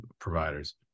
providers